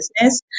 business